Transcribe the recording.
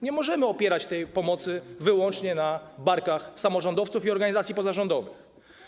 Nie możemy składać tej pomocy wyłącznie na barki samorządowców i organizacji pozarządowych.